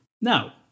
Now